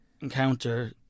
encounter